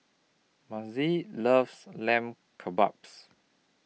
Mazie loves Lamb Kebabs